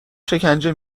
شکنجه